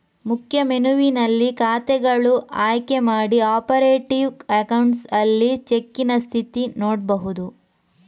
ಮುಖ್ಯ ಮೆನುವಿನಲ್ಲಿ ಖಾತೆಗಳು ಆಯ್ಕೆ ಮಾಡಿ ಆಪರೇಟಿವ್ ಅಕೌಂಟ್ಸ್ ಅಲ್ಲಿ ಚೆಕ್ಕಿನ ಸ್ಥಿತಿ ನೋಡ್ಬಹುದು